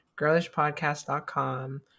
girlishpodcast.com